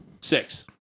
Six